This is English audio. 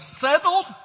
settled